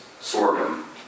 sorghum